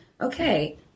okay